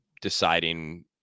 deciding